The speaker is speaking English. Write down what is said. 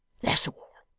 that's all